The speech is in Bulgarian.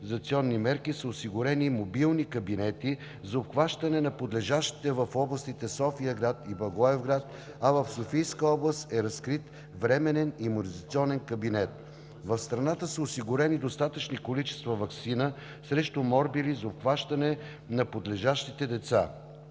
мерки са осигурени мобилни кабинети за обхващане на подлежащите в областите София-град и Благоевград, а в Софийска област е разкрит временен имунизационен кабинет. В страната са осигурени достатъчни количества ваксина срещу морбили за обхващане на подлежащите деца.